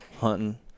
hunting